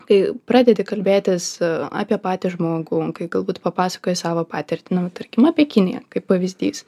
kai pradedi kalbėtis apie patį žmogų kai galbūt papasakoji savo patirtį na va tarkim apie kiniją kaip pavyzdys